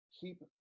keep